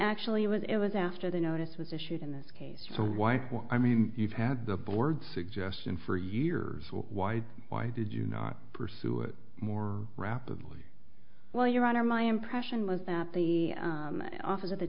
actually was it was after the notice was issued in this case so why i mean you've had the board suggestion for years why why did you not pursue it more rapidly well your honor my impression was that the office of the